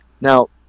now